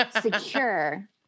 secure